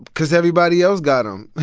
cause everybody else got um them.